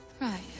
right